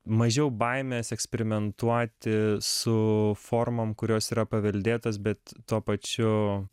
mažiau baimės eksperimentuoti su formom kurios yra paveldėtos bet tuo pačiu